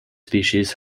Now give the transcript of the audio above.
species